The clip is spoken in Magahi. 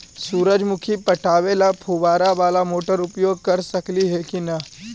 सुरजमुखी पटावे ल फुबारा बाला मोटर उपयोग कर सकली हे की न?